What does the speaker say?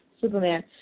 Superman